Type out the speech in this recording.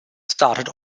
started